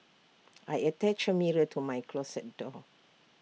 I attached A mirror to my closet door